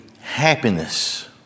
happiness